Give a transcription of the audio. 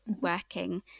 working